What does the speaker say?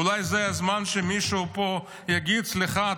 אולי זה הזמן שמישהו פה יגיד: סליחה,